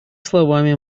словами